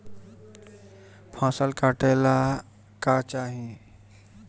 फसल काटेला का चाही?